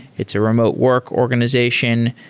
it's a remote work organization.